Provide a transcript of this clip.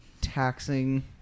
taxing